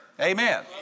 Amen